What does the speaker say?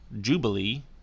Jubilee